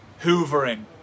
hoovering